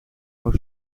for